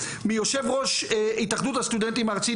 מיושב-ראש התאחדות הסטודנטים הארצית,